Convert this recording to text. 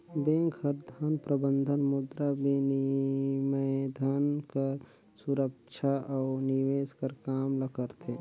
bank हर धन प्रबंधन, मुद्राबिनिमय, धन कर सुरक्छा अउ निवेस कर काम ल करथे